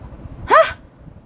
!huh!